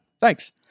Thanks